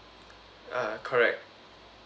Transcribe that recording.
uh correct